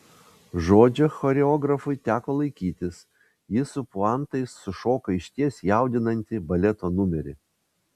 žodžio choreografui teko laikytis jis su puantais sušoko išties jaudinantį baleto numerį